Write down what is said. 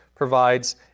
provides